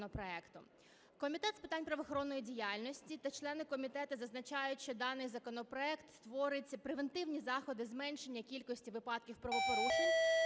Комітет з питань правоохоронної діяльності та члени комітету зазначають, що даний законопроект створить превентивні заходи зменшення кількості випадків правопорушень